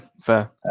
fair